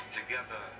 together